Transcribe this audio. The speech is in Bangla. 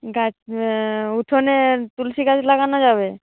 গাছ উঠোনে তুলসী গাছ লাগানো যাবে